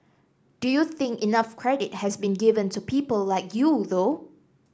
do you think enough credit has been given to people like you though